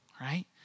Right